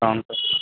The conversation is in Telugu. అవును సార్